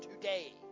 Today